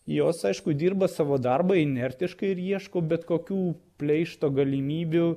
jos aišku dirba savo darbą inertiškai ir ieško bet kokių pleišto galimybių